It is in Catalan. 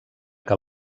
que